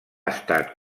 estat